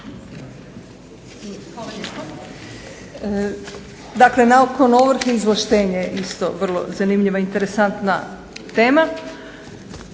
Hvala